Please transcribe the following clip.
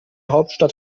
hauptstadt